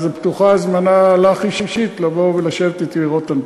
אז פתוחה הזמנה לך אישית לבוא ולשבת אתי לראות את הנתונים.